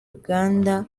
uganda